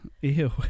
Ew